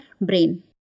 brain